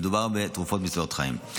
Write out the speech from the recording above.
מדובר בתרופות מצילות חיים.